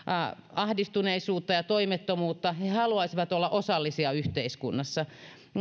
ahdistuneisuutta ja toimettomuutta he he haluaisivat olla osallisia yhteiskunnassa